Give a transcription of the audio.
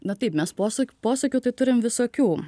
na taip mes posūk posakių tai turim visokių